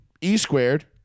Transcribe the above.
E-squared